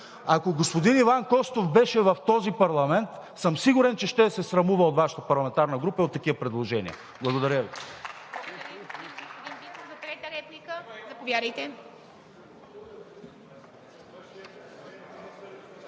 Ако господин Иван Костов беше в този парламент, съм сигурен, че щеше да се срамува от Вашата парламентарна група и от такива предложения. Благодаря Ви.